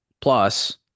Plus